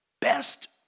best